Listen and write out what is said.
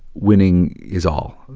winning is all.